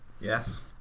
Yes